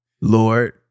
Lord